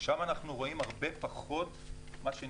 שם אנחנו רואים הרבה פחות נזקים.